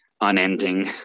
unending